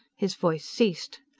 his voice ceased.